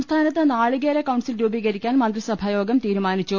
സംസ്ഥാനത്ത് നാളികേര കൌൺസിൽ രൂപീകരിക്കാൻ മന്ത്രിസഭാ യോഗം തീരുമാനിച്ചു